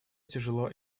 тяжело